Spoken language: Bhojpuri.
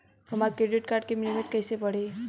हमार क्रेडिट कार्ड के लिमिट कइसे बढ़ी?